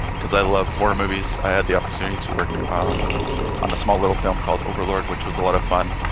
cause i love horror movies. i had the opportunity to work on a small little film called overlord which was a lot of fun.